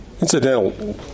incidental